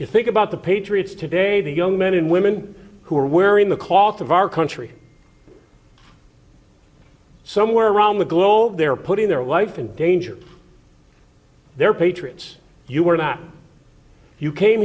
you think about the patriots today the young men and women who are wearing the cloth of our country somewhere around the globe they're putting their life in danger they're patriots you are not you came